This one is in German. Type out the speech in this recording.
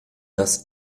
das